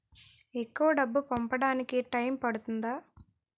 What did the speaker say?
ఎక్కువ డబ్బు పంపడానికి టైం పడుతుందా?